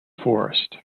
forest